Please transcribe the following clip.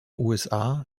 usa